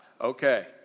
Okay